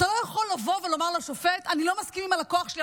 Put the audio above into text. אתה לא יכול לבוא ולומר לשופט: אני לא מסכים עם הלקוח שלי,